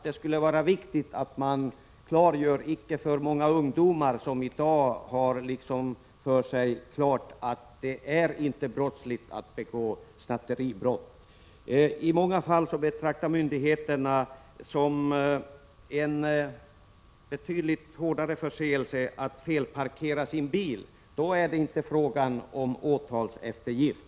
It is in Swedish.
Det är viktigt att man klargör det förhållandet för många ungdomar, som i dag tycks tro att det inte är brottsligt att begå snatteribrott. I många fall betraktar myndigheterna det som en betydligt allvarligare förseelse att felparkera sin bil. — Då är det inte frågaom Prot. 1986/87:80 åtalseftergift!